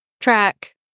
track